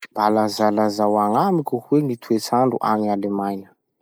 Mba lazalazao agnamiko hoe gny toetsandro agny Alemaina?